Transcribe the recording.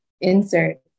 insert